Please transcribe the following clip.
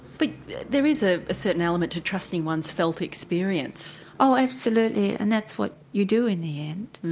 but there is a certain element to trusting one's felt experience. oh absolutely and that's what you do in the end,